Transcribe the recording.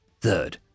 Third